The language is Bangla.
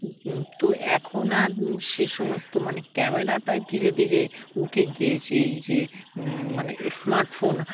তো এখন আর সে সমস্ত মানে ক্যামেরাটাই ধীরে ধীরে উঠে গিয়েছে এই যে মানে স্মার্টফোন